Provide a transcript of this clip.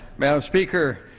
madam speaker,